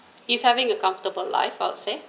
he's having a comfortable life I would say